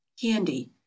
candy